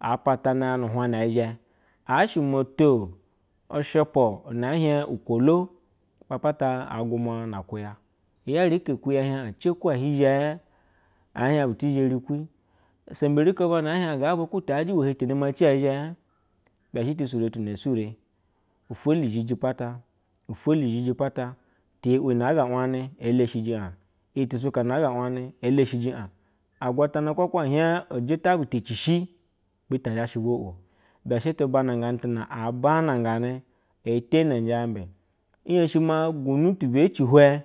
A patani ya nu huna ezgee ashe moto ushupu na a hie uko lo apata gumma na akuya, hyeri la kulye hie as hehuhizhe zhie bubu ti zhe rikwi usemvi behie aj ga ku ta yaje tu sure tuna esure, ufeli zhuji pata ifoli zhiji apata ti we we ne ne aga weme ele zhiji a iye tuswa use akabu ta shi shi suta zha she tuba gane tina abane nganɛ, e teneji ambe i heshi ma gunt be ci hive